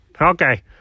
Okay